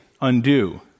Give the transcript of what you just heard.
undo